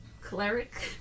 cleric